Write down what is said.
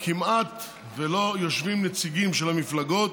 כמעט שלא יושבים נציגים של המפלגות,